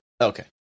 Okay